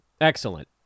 Excellent